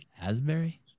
Asbury